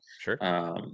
Sure